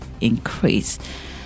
increase